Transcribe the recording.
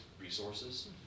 resources